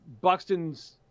Buxton's